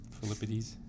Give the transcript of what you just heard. Philippides